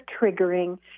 triggering